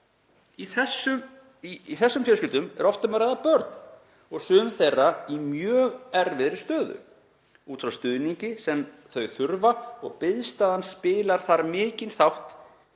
Í þessum fjölskyldum er oft um að ræða börn og sum þeirra eru í mjög erfiðri stöðu út frá stuðningi sem þau þurfa og biðstaðan spilar þar mikinn þátt